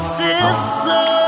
sister